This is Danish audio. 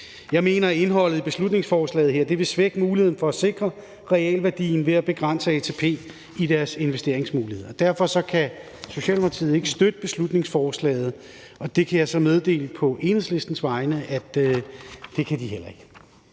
Jeg mener, at indholdet i beslutningsforslaget her vil svække muligheden for at sikre realværdien ved at begrænse ATP i deres investeringsmuligheder. Derfor kan Socialdemokratiet ikke støtte beslutningsforslaget, og jeg kan på Enhedslistens vegne meddele, at det kan de heller ikke.